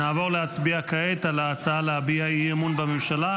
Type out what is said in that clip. אנחנו נוסיף את הקול של חברת הכנסת